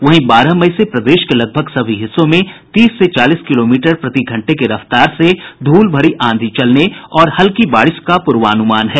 वहीं बारह मई से प्रदेश के लगभग सभी हिस्सों में तीस से चालीस किलोमीटर प्रति घंटे की रफ्तार से धूल भरी आंधी चलने और हल्की बारिश का पूर्वानुमान है